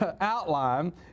outline